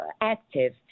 active